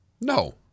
No